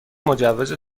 مجوز